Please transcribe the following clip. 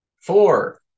Four